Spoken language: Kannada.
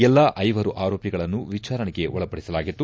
ಎಲ್ಲಾ ಐವರು ಆರೋಪಿಗಳನ್ನು ವಿಚಾರಣೆಗೆ ಒಳಪಡಿಸಲಾಗಿತ್ತು